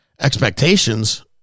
expectations